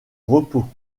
repos